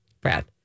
Brad